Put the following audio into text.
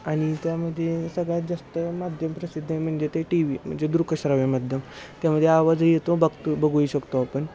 आणि त्यामध्ये सगळ्यात जास्त माध्यम प्रसिद्ध आहे म्हणजे ते टी व्ही म्हणजे दृकश्राव्य माध्यम त्यामध्ये आवाजही येतो बघतो बघूही शकतो आपण